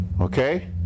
Okay